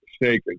mistaken